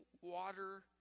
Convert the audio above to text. water